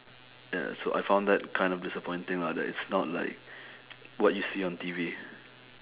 ya so I found that kind of disappointing lah that it's not like what you see on T_V